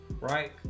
right